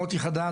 מוטי חדד,